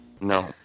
No